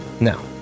now